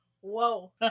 Whoa